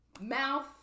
mouth